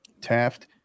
taft